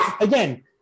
again